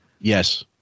Yes